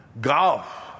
golf